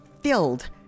filled